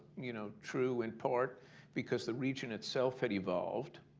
you know, true in part because the region itself had evolved